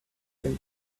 than